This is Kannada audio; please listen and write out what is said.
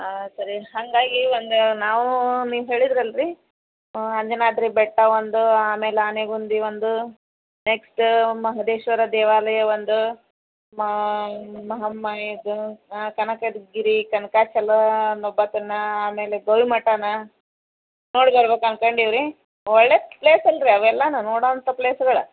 ಹಾಂ ಸರಿ ಹಾಗಾಗಿ ಒಂದು ನಾವು ನೀವು ಹೇಳಿದ್ರಲ್ಲ ರೀ ಅಂಜನಾದ್ರಿ ಬೆಟ್ಟ ಒಂದು ಆಮೇಲೆ ಆನೆ ಗುಂದಿ ಒಂದು ನೆಕ್ಸ್ಟ್ ಮಹದೇಶ್ವರ ದೇವಾಲಯ ಒಂದು ಮಹಾಮಾಯೆಗೆ ಕನಕಡ ಗಿರಿ ಕನಕ ಚಲೋ ಅನ್ನೋ ಬತ್ತನ್ನ ಆಮೇಲೆ ಗೋಲಿ ಮಠನ ನೋಡಿ ಬರ್ಬೇಕು ಅನ್ಕಂಡಿವಿ ರೀ ಒಳ್ಳೆಯ ಪ್ಲೇಸ್ ಅಲ್ಲ ರೀ ಅವೆಲ್ಲಾನು ನೋಡೋವಂಥಾ ಪ್ಲೇಸ್ಗಳು